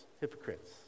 hypocrites